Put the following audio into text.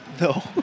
No